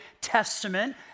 testament